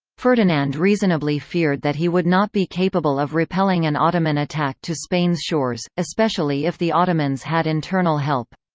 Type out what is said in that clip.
ferdinand reasonably feared that he would not be capable of repelling an ottoman ottoman attack to spain's shores, especially if the ottomans had internal help.